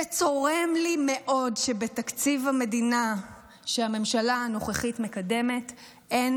וצורם לי מאוד שבתקציב המדינה שהממשלה הנוכחית מקדמת אין